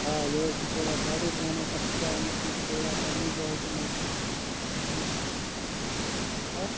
آ یہِ حظ چھِ تھوڑا زیادٕے پہم اَسہِ کراے أمِس یہِ تھوڑا پَنٕنہِ جایہِ تہٕ مگر